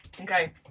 Okay